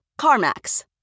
CarMax